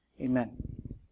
Amen